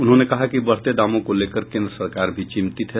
उन्होंने कहा कि बढ़ते दामों को लेकर केंद्र सरकार भी चिंतित है